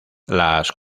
las